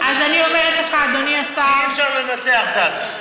אז אני אומרת לך, אדוני השר, כי אי-אפשר לנצח דת.